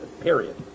period